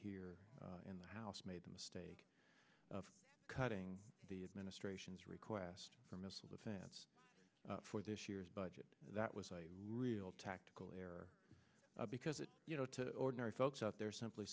here in the house made the mistake of cutting the administration's request for missile defense for this year's budget that was a real tactical error because it you know to ordinary folks out there simply